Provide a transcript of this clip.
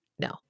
no